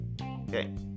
Okay